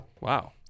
Wow